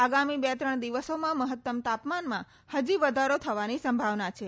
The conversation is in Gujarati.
આગામી બે ત્રણ દિવસોમાં મહત્તમ તાપમાનમાં હજી વધારો થવાની સંભાવના છે